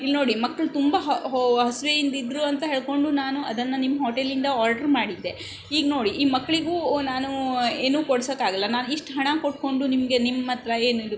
ಇಲ್ಲಿ ನೋಡಿ ಮಕ್ಳು ತುಂಬ ಹಸ್ವೆಯಿಂದ ಇದ್ದರು ಅಂತ ಹೇಳಿಕೊಂಡು ನಾನು ಅದನ್ನು ನಿಮ್ಮ ಹೋಟೇಲಿಂದ ಆರ್ಡ್ರು ಮಾಡಿದ್ದೆ ಈಗ ನೋಡಿ ಈ ಮಕ್ಳಿಗು ಓ ನಾನು ಏನು ಕೊಡ್ಸೋಕಾಗಲ್ಲ ನಾನು ಇಷ್ಟು ಹಣ ಕೊಟ್ಟುಕೊಂಡು ನಿಮಗೆ ನಿಮ್ಮತ್ತಿರ ಏನಿದು